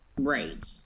Right